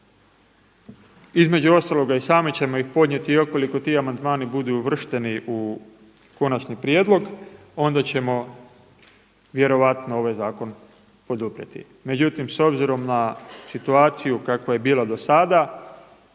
između ostaloga i sami ćemo ih podnijeti i ukoliko ti amandmani budu uvršteni u konačni prijedlog onda ćemo vjerojatno ovaj zakon poduprijeti. Međutim s obzirom na situaciju kakva je bila do sada,